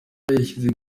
yashyize